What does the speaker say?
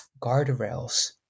guardrails